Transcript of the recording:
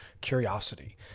curiosity